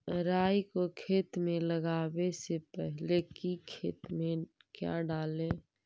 राई को खेत मे लगाबे से पहले कि खेत मे क्या डाले?